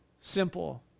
Simple